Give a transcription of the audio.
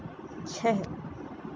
छः